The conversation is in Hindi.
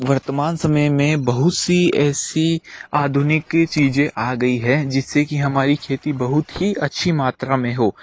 वर्तमान समय में बहुत सी ऐसी आधुनिक कि चीज़ें आ गई है जिससे कि हमारी खेती बहुत ही अच्छी मात्रा में हो